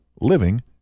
living